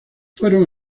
fueron